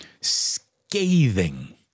Scathing